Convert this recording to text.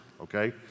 okay